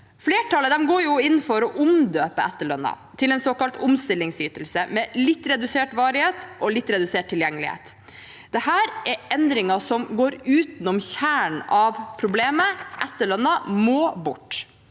Flertallet av dem går inn for å omdøpe etterlønnen til en såkalt omstillingsytelse, med litt redusert varighet og litt redusert tilgjengelighet. Dette er endringer som går utenom kjernen av problemet. Etterlønnen må bort.